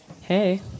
Hey